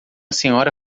senhora